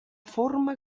forma